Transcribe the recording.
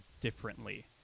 differently